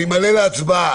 אני מעלה להצבעה.